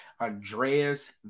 Andreas